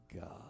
god